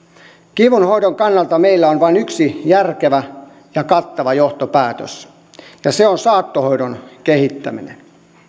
kivunhoidon kannalta meillä on vain yksi järkevä ja kattava johtopäätös ja se on saattohoidon kehittäminen